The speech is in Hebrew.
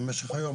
במשך היום,